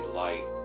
light